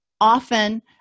often